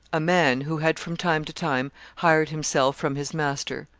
a man, who had from time to time hired himself from his master.